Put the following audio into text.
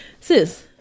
Sis